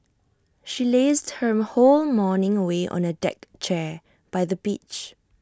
she lazed her whole morning away on A deck chair by the beach